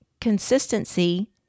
Consistency